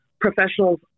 professionals